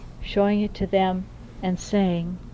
showing it to them and saying,